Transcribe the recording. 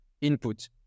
input